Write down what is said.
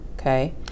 Okay